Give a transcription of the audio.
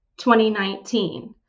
2019